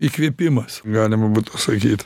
įkvėpimas galima būtų sakyt